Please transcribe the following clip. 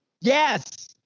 Yes